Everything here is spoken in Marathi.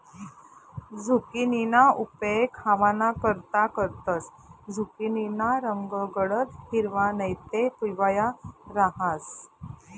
झुकिनीना उपेग खावानाकरता करतंस, झुकिनीना रंग गडद हिरवा नैते पिवया रहास